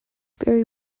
very